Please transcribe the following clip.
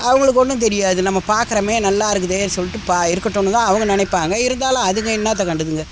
அவங்களுக்கு ஒன்றும் தெரியாது நம்ம பாக்குறமே நல்லா இருக்குதே சொல்லிட்டு பா இருக்கட்டும்ன்னு தான் அவங்க நினைப்பாங்க இருந்தாலும் அதுங்க என்னத்த கண்டுதுங்க